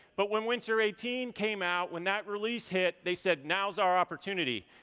but when winter eighteen came out, when that release hit, they said, now's our opportunity.